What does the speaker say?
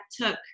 took